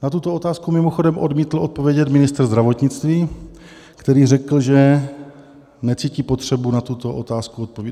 Na tuto otázku mimochodem odmítl odpovědět ministr zdravotnictví, který řekl, že necítí potřebu na tuto otázku odpovídat.